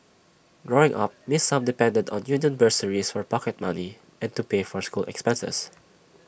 growing up miss sum depended on union bursaries for pocket money and to pay for school expenses